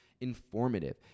informative